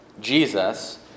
Jesus